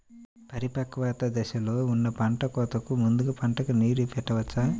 పరిపక్వత దశలో ఉన్న పంట కోతకు ముందు పంటకు నీరు పెట్టవచ్చా?